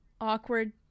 awkward